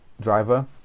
driver